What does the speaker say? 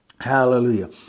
Hallelujah